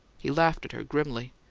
he laughed at her grimly.